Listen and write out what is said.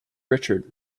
richard